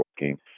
working